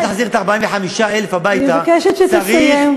כדי להחזיר את ה-45,000 הביתה, אני מבקשת שתסיים.